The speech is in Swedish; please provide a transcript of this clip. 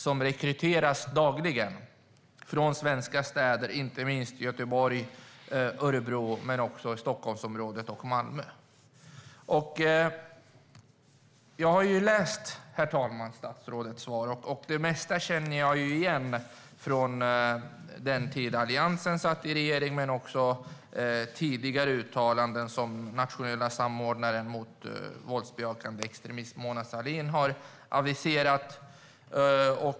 De rekryteras dagligen från svenska städer, inte minst Göteborg, Örebro, Stockholmsområdet och Malmö. Jag har läst statsrådets svar. Det mesta känner jag igen från den tid då Alliansen satt i regeringsställning och från sådant som den nationella samordnaren mot våldsbejakande extremism, Mona Sahlin, har aviserat.